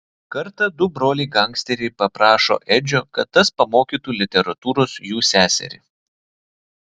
kartą du broliai gangsteriai paprašo edžio kad tas pamokytų literatūros jų seserį